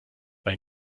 bei